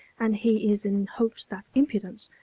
and he is in hopes that impudence,